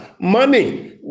money